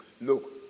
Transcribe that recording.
look